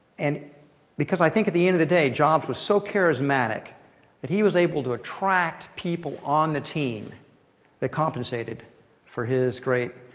and because, i think at the end of the day, jobs was so charismatic that he was able to attract people on the team that compensated for his great